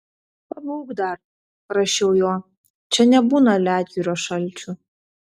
pabūk dar prašiau jo čia nebūna ledjūrio šalčių